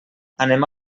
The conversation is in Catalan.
anem